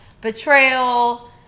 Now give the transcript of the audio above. betrayal